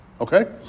Okay